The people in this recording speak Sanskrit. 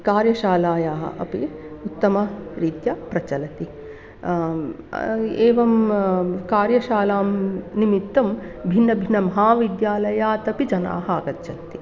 कार्यशालायाः अपि उत्तमरीत्या प्रचलति एवं कार्यशालां निमित्तं भिन्नभिन्न महाविद्यालयादपि जनाः आगच्छन्ति